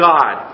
God